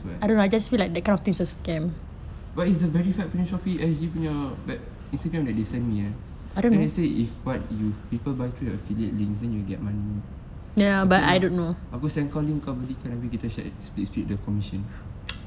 but it's the verified Shopee I_G punya web Instagram that they send me eh then they say if what people buy through your affiliates links then you got money okay lah aku send kau link kau beli kita share split split the commission